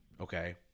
okay